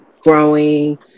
growing